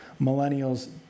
millennials